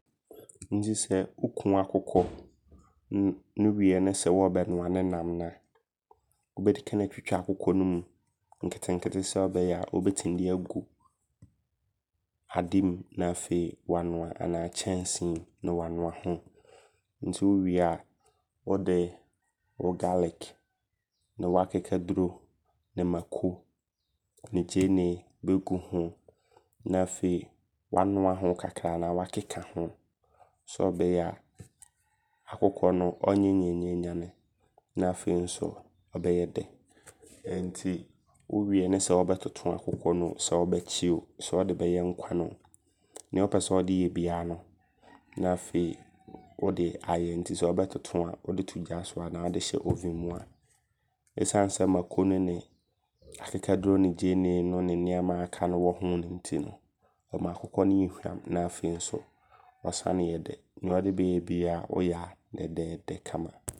Nti sɛ woku w'akokɔ nn no wie ne sɛ wɔɔbɛnoa ne nam a,wobɛdikane atwitwa akokɔ no mu nketenkete sɛ ɔbɛyɛ wobɛtim de agu ademu na afei wanoa. Anaa kyɛnsee mu wanoa ho. Enti wowie a, wode wo garlic ne w'akekaduro ne mako ne gyeenee bɛgu ho. Na afei wanoa ho kakra anaa wakeka ho sɛ ɔbɛyɛ a akokɔ no ɔnyɛ nyannyanyane na afei nso ɔbɛyɛ dɛ. Enti wowie ne sɛ wobɛtoto akokɔ oo, sɛ wobɛkye oo, sɛ wode bɛyɛ nkwane oo, neɛ wopɛsɛ wode yɛ bibiaa no na afei wode ayɛ. Nti sɛ wobɛtoto a, wode to gya so anaa wode hyɛ oven mu a, ɛsiane sɛ mako no ne akekaduro ne gyeenee ne nneɛma aka no wɔ ho nti no ɛma akokɔ no yɛ hwam. Na afei nso ɔsane yɛ dɛ. Neɛ wode bɛyɛ biaa woyɛ a dɛdɛɛdɛ kama.